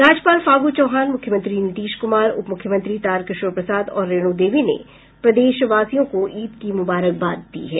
राज्यपाल फागू चौहान मुख्यमंत्री नीतीश कुमार उप मुख्यमंत्री तारकिशोर प्रसाद और रेणु देवी ने प्रदेशवासियों को ईद की मुबारकबाद दी है